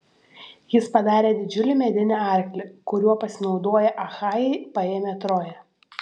jis padarė didžiulį medinį arklį kuriuo pasinaudoję achajai paėmė troją